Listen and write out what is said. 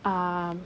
um